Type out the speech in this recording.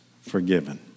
forgiven